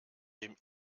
dem